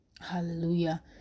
hallelujah